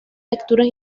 texturas